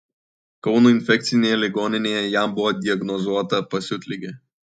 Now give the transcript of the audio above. kauno infekcinėje ligoninėje jam buvo diagnozuota pasiutligė